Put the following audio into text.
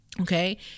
Okay